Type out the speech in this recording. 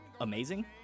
amazing